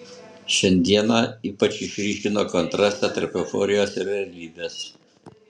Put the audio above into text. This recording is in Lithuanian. šiandiena ypač išryškino kontrastą tarp euforijos ir realybės